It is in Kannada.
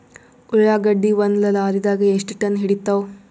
ಉಳ್ಳಾಗಡ್ಡಿ ಒಂದ ಲಾರಿದಾಗ ಎಷ್ಟ ಟನ್ ಹಿಡಿತ್ತಾವ?